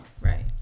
Right